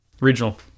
Regional